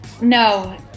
No